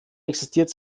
existiert